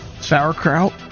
Sauerkraut